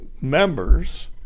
members